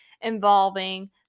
involving